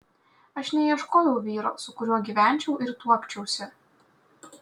aš neieškojau vyro su kuriuo gyvenčiau ir tuokčiausi